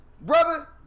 Brother